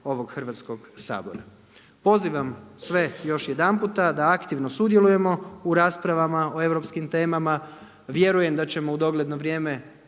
ovog Hrvatskog sabora. Pozivam sve još jedanput da aktivno sudjelujemo u raspravama o europskim temama, vjerujem da ćemo u dogledno vrijeme